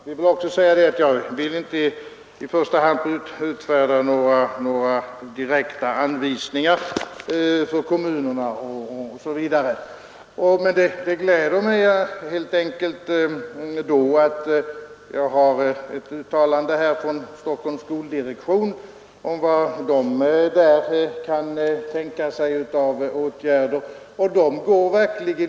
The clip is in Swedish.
Herr talman! Jag vill inte heller i första hand utfärda några direkta anvisningar för kommunerna. Därför gläder mig ett uttalande från Stockholms skoldirektion om vilka åtgärder man där kan tänka sig.